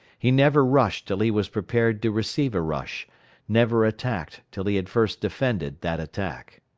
he never rushed till he was prepared to receive a rush never attacked till he had first defended that attack.